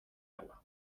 agua